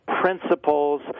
principles